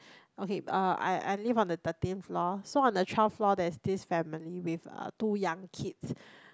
okay uh I I live on the thirteenth floor so on the twelve floor there's this family with uh two young kids